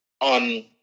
on